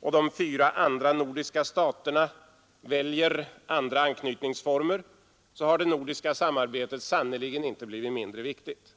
och de fyra andra nordiska staterna väljer andra anknytningsformer har det nordiska samarbetet sannerligen inte blivit mindre viktigt.